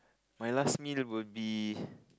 my last meal would be